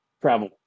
travel